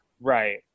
Right